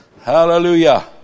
Hallelujah